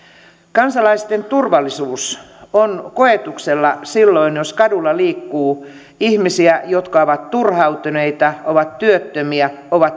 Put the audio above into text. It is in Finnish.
kansalaisten turvallisuus on koetuksella silloin jos kadulla liikkuu ihmisiä jotka ovat turhautuneita työttömiä